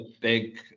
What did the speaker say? big